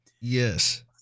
yes